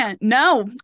No